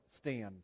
stand